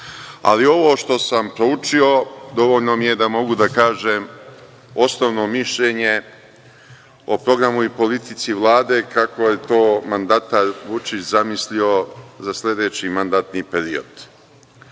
Ali, ovo što sam proučio dovoljno mi je da mogu da kažem osnovno mišljenje o programu i politici Vlade, kako je to mandatar Vučić zamislio za sledeći mandatni